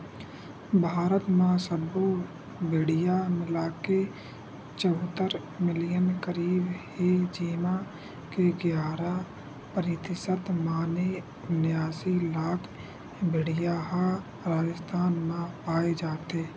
भारत म सब्बो भेड़िया मिलाके चउहत्तर मिलियन करीब हे जेमा के गियारा परतिसत माने उनियासी लाख भेड़िया ह राजिस्थान म पाए जाथे